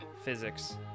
physics